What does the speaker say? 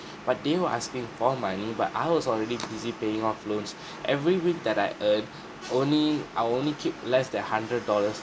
but they were asking for money but I was already busy paying off loans every week that I earn only I will only keep less than hundred dollars